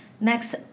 Next